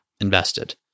invested